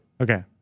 Okay